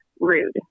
rude